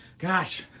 gosh.